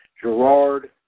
Gerard